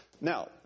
Now